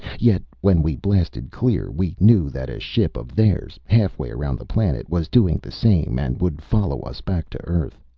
yet, when we blasted clear, we knew that a ship of theirs, halfway around the planet, was doing the same and would follow us back to earth.